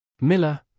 Miller